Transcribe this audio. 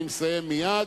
אני מסיים מייד,